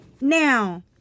Now